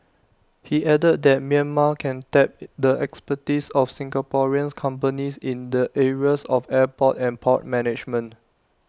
he added that Myanmar can tap the expertise of Singaporean companies in the areas of airport and port management